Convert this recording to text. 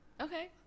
Okay